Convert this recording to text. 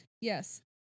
Yes